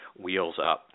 WheelsUp